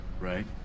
Right